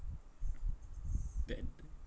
that